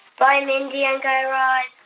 bye, mindy and guy raz